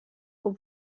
com